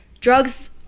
drugs